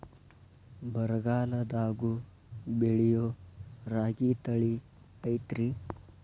ಬರಗಾಲದಾಗೂ ಬೆಳಿಯೋ ರಾಗಿ ತಳಿ ಐತ್ರಿ?